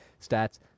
stats